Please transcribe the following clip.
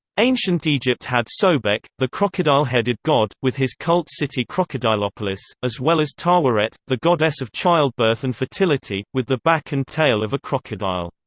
ancient egypt had sobek, the crocodile-headed god, with his cult-city crocodilopolis, as well as taweret, the goddess of childbirth and fertility, with the back and tail of a crocodile.